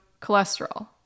cholesterol